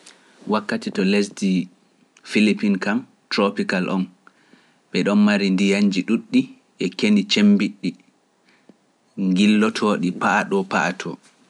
Wakkati to lesdi Filipina kam, tropical o, ɓe ɗommari ndiyanji ɗuuɗɗi e keni cemmbiɗɗi, gillotooɗi paaɗo paaɗo.